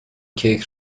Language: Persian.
کیک